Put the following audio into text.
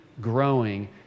growing